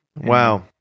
wow